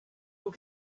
will